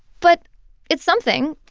but it's something.